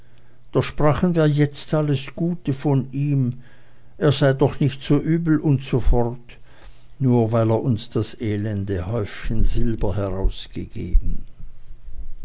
doch sprachen wir jetzt alles gute von ihm er sei doch nicht so übel usf nur weil er uns das elende häufchen silber herausgegeben